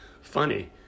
funny